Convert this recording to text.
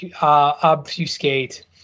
obfuscate